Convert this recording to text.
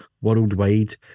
worldwide